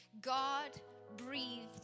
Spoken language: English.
God-breathed